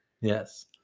Yes